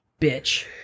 bitch